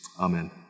Amen